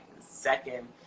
second